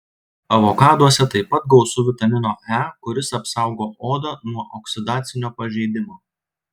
avokaduose taip pat gausu vitamino e kuris apsaugo odą nuo oksidacinio pažeidimo